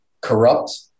corrupt